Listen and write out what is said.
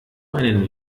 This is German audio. einen